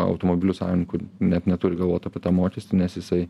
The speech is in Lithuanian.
automobilių savininkų net neturi galvot apie tą mokestį nes jisai